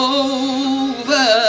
over